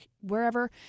wherever